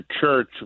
church